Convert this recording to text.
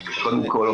קודם כל,